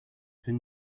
been